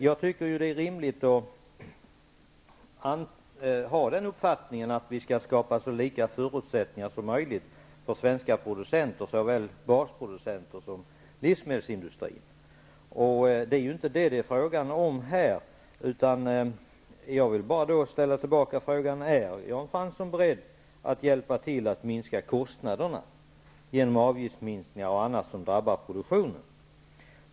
Jag tycker det är rimligt att ha den uppfattningen att vi skall skapa så lika förutsättningar som möjligt för svenska producenter, såväl basproducenter som livsmedelsindustri. Det är dock inte detta frågan här gäller. Jag vill sända tillbaka frågan: Är Jan Fransson beredd att hjälpa till att minska kostnaderna genom avgiftsminskningar och annat som drabbar produktionen?